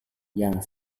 yang